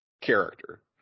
character